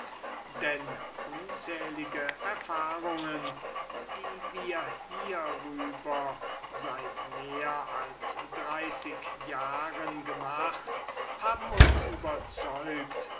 denn unzählige erfahrungen die wir hierüber seit mehr als dreißig jahren gemacht haben uns überzeugt